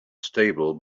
stable